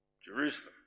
Jerusalem